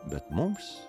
bet mums